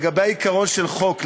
לגבי העיקרון של חוק,